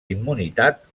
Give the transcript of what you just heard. immunitat